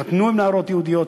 יתחתנו עם נערות יהודיות,